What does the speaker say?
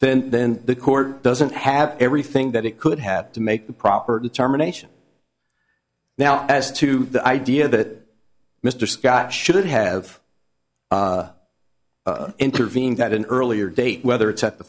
then then the court doesn't have everything that it could have to make the proper determination now as to the idea that mr scott should have intervened that an earlier date whether it's at the